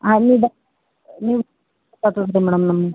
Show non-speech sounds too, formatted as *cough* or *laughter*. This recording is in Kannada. ಹಾಂ ನೀವು ಬ ನೀವು *unintelligible* ಮೇಡಮ್ ನಮ್ಮ